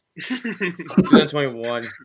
2021